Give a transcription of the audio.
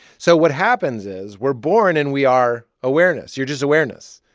so what happens is we're born, and we are awareness. you're just awareness.